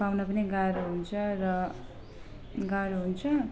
पाउन पनि गाह्रो हुन्छ र गाह्रो हुन्छ